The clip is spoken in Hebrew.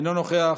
אינו נוכח,